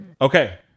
Okay